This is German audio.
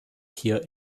hier